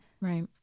Right